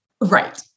Right